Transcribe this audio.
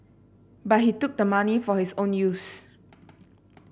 but he took the money for his own use